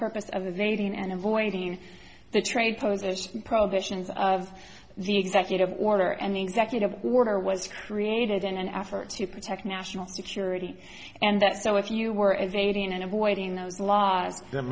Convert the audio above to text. purpose of the dating and avoiding the trade poses prohibitions of the executive order and the executive order was created in an effort to protect national security and that so if you were evading and avoiding those l